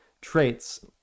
traits